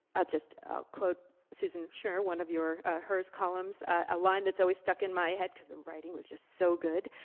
ah just i'l quote susan schnur, one of your hers columns, a line that's always stuck in my head cause the writing was just so good